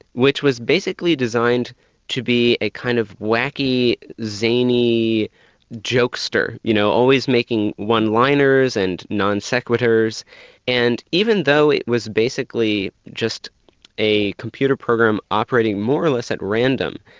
which was basically designed to be a kind of whacky, zany jokester, you know, always making one-liners and non sequitirs and even though it was basically just a computer program operating more or less at random,